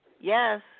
Yes